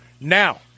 Now